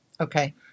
Okay